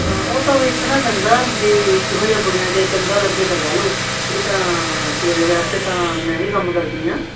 ਉਹ ਤਾਂ ਵੇਖਣਾ ਪੈਂਦਾ ਵੀ ਕਿਹੋ ਜਿਹਾ ਬੁਣਿਆ ਜੇ ਚੰਗਾ ਲੱਗੇ ਤਾਂ ਲੈ ਲਓ ਨਹੀਂ ਤਾਂ ਫਿਰ ਵੈਸੇ ਤਾਂ ਮੈਂ ਵੀ ਕੰਮ ਕਰਦੀ ਹਾਂ